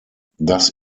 das